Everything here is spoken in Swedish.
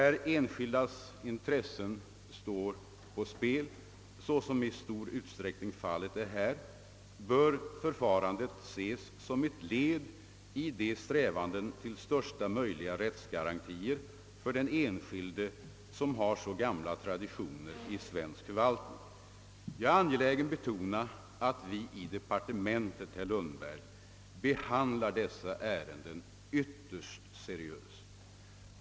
Där den enskildes intressen står på spel — vilket i stor utsträckning är fallet här — bör förfarandet ses som ett led i de strävanden till största möjliga rättsgarantier för den enskilde vilka har så gamla traditioner i svensk förvaltning. Jag är angelägen om att betona, herr Lundberg, att vi i departementet behandlar sådana ärenden ytterst seriöst.